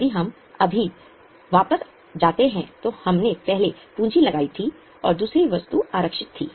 यदि हम अभी वापस जाते हैं तो हमने पहले पूंजी लगाई थी और दूसरी वस्तु आरक्षित थी